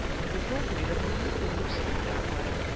and bethought me that he might be useful in that way.